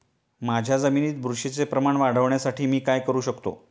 माझ्या जमिनीत बुरशीचे प्रमाण वाढवण्यासाठी मी काय करू शकतो?